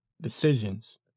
decisions